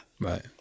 Right